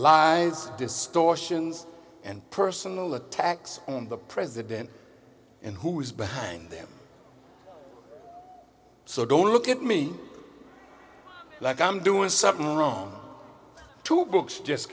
lies distortions and personal attacks on the president and who is behind them so don't look at me like i'm doing something wrong two books just